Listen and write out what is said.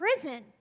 prison